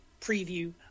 preview